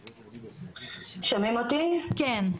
שלום,